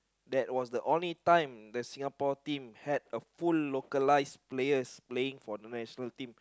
that was the only time the Singapore team had a full localised players playing for the national team